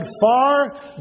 far